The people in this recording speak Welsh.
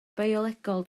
biolegol